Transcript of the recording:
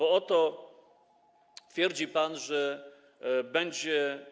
Oto twierdzi pan, że będzie.